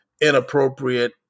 inappropriate